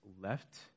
left